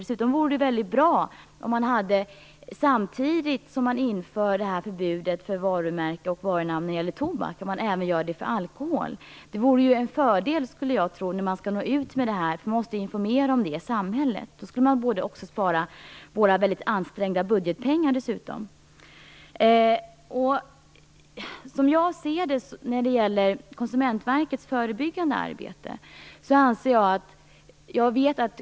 Dessutom vore det bra om man införde förbud mot varumärke och varunamn samtidigt för både tobak och alkohol. Jag tror att det är en fördel när man skall informera om detta och nå ut i samhället. Då skulle man också spara pengar från vår ansträngda budget. Jag vet att Konsumentverket är en kontrollmyndighet.